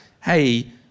Hey